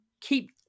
keep